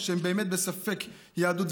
שהם באמת בספק יהדות,